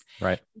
Right